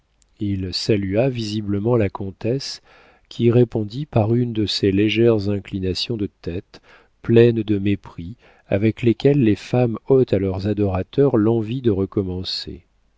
il salua visiblement la comtesse qui répondit par une de ces légères inclinations de tête pleines de mépris avec lesquelles les femmes ôtent à leurs adorateurs l'envie de recommencer